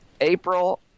April